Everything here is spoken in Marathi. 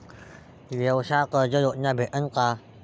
व्यवसाय कर्ज योजना भेटेन का?